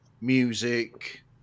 music